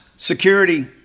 Security